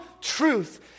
truth